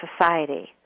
society